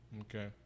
Okay